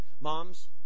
Moms